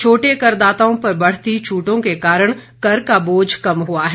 छोटे करदाताओं पर बढती छूटों के कारण कर का बोझ कम हुआ है